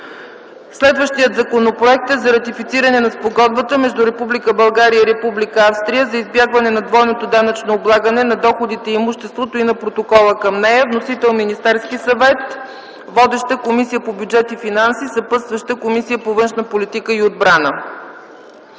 Следващият Законопроект е за ратифициране на Спогодбата между Република България и Република Австрия за избягване на двойното данъчно облагане на доходите и имуществото и на протокола към нея. Вносител: Министерски съвет. Водеща е Комисията по бюджет и финанси. Съпътстваща е Комисията по външна политика и отбрана